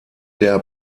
der